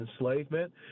enslavement